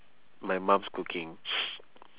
my mum's cooking